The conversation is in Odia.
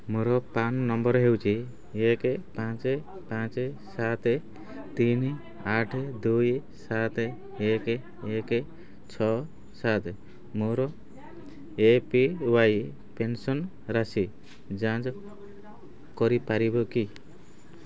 ମୋର ପ୍ରାନ୍ ନମ୍ବର ହେଉଛି ଏକ ପାଞ୍ଚ ପାଞ୍ଚ ସାତ ତିନି ଆଠ ଦୁଇ ସାତ ଏକ ଏକ ଛଅ ସାତ ମୋର ଏ ପି ୱାଇ ପେନ୍ସନ୍ ରାଶି ଯାଞ୍ଚ୍ କରିପାରିବ କି